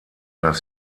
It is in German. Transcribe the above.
das